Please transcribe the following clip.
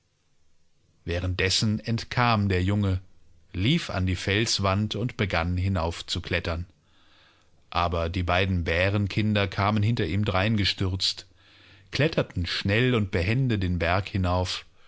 währenddessen entkam der junge lief an die felswand und begann hinaufzuklettern aber die beiden bärenkinder kamen hinter ihm drein gestürzt kletterten schnell und behende den berg hinauf